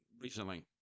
recently